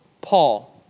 Paul